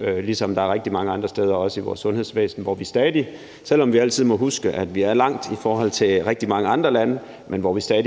ligesom der også er rigtig mange andre steder i vores sundhedsvæsen, hvor vi stadig, selv om vi altid må huske, at vi er langt i forhold til rigtig mange andre lande,